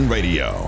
Radio